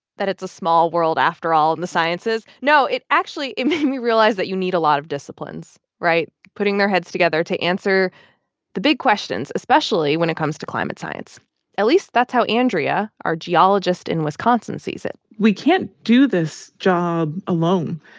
that it's a small world after all in the sciences. no, it actually it made me realize that you need a lot of disciplines right? putting their heads together to answer the big questions, especially when it comes to climate science at least that's how andrea, our geologist in wisconsin, sees it we can't do this job alone.